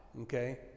okay